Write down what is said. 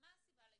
מה הסיבה להתנגדות,